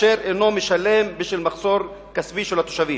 ונחזור לסיום,